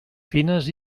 fines